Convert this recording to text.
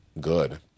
good